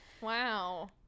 Wow